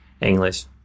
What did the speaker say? English